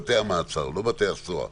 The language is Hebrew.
בתי המעצר, לא בתי הסוהר